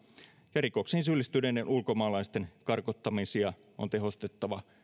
ja rikoksiin syyllistyneiden ulkomaalaisten karkottamisia on tehostettava